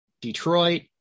Detroit